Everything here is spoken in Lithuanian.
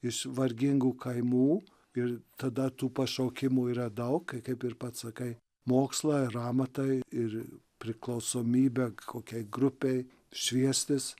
iš vargingų kaimų ir tada tų pašaukimų yra daug kai kaip ir pats sakai mokslą ir amatai ir priklausomybę kokiai grupei šviestis